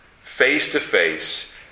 face-to-face